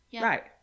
Right